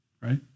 right